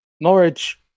Norwich